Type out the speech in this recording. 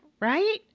right